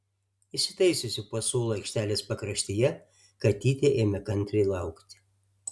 įsitaisiusi po suolu aikštelės pakraštyje katytė ėmė kantriai laukti